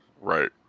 right